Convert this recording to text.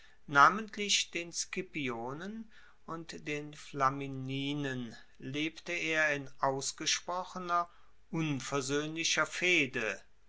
namentlich den scipionen und den flamininen lebte er in ausgesprochener unversoehnlicher fehde